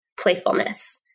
playfulness